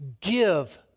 give